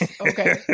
Okay